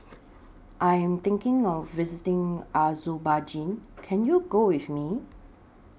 I Am thinking of visiting Azerbaijan Can YOU Go with Me